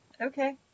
Okay